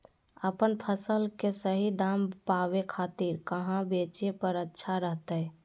अपन फसल के सही दाम पावे खातिर कहां बेचे पर अच्छा रहतय?